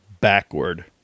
Backward